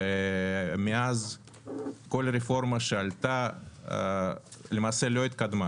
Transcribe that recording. ומאז כל רפורמה שעלתה למעשה לא התקדמה